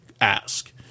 ask